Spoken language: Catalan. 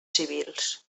civils